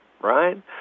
right